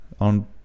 on